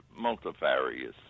Multifarious